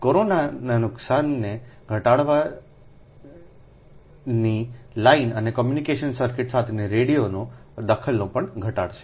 corona નુકશાનને ઘટાડવાની લાઇન અને કમ્યુનિકેશન સર્કિટ્સ સાથેના રેડિયોના દખલને પણ ઘટાડશે